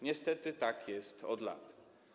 Niestety tak jest od lat.